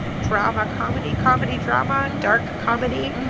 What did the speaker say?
drama-comedy, comedy-drama, and dark comedy.